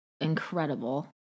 incredible